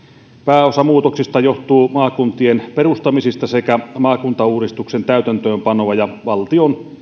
pääosa muutoksista johtuu maakuntien perustamisesta sekä maakuntauudistuksen täytäntöönpanoa ja valtion